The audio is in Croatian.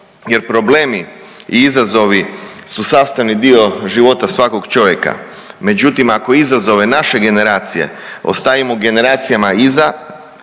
jer problemi i izazovi su sastavni dio života svakog čovjeka, međutim ako izazove naše generacije ostavimo generacijama iza